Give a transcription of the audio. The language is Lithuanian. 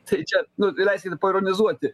tai čia nu leiskit paironizuoti